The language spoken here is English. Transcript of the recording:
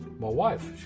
my wife,